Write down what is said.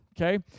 okay